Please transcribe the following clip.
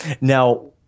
now